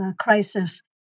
crisis